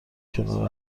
کنار